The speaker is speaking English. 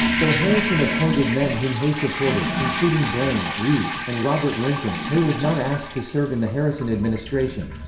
though harrison appointed men whom hay supported, including blaine, reid, and robert lincoln, hay was not asked to serve in the harrison administration.